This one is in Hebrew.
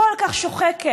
כל כך שוחקת,